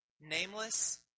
Nameless